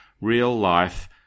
real-life